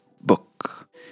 book